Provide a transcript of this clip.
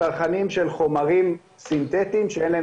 צרכנים של חומרים סינתטיים שאין להם